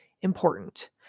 important